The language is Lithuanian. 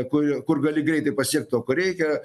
kur kur gali greitai pasiekti to ko reikia